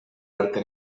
arte